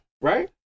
right